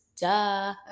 Duh